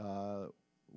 honest